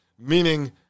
meaning